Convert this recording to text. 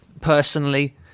personally